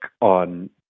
on